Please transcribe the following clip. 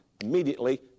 immediately